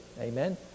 amen